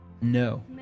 No